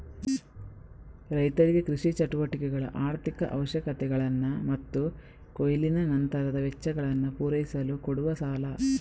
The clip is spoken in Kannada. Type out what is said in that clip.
ರೈತರಿಗೆ ಕೃಷಿ ಚಟುವಟಿಕೆಗಳ ಆರ್ಥಿಕ ಅವಶ್ಯಕತೆಗಳನ್ನ ಮತ್ತು ಕೊಯ್ಲಿನ ನಂತರದ ವೆಚ್ಚಗಳನ್ನ ಪೂರೈಸಲು ಕೊಡುವ ಸಾಲ